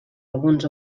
alguns